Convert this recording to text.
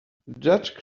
judge